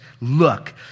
look